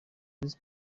visi